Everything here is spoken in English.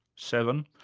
seven.